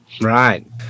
right